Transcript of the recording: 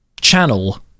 channel